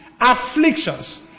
Afflictions